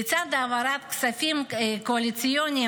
לצד העברת כספים קואליציוניים